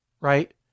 right